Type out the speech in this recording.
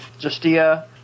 Justia